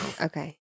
Okay